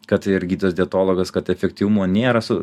kad ir gydytojas dietologas kad efektyvumo nėra su